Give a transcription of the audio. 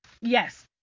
yes